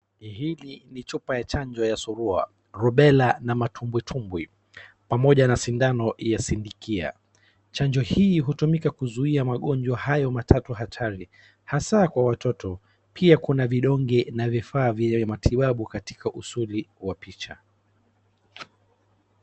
Hii ni chupa ya chanjo ya surua, rubela na matumwitumbwi pamoja na sindano ya sindikia. Chanjo hii hutumika kuzuia magonjwa hayo matatu hatari hasaa kwa watoto. Pia kuna vidonge kwa matibabu katika usuli wa picha.